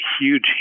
huge